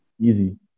Easy